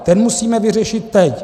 Ten musíme vyřešit teď.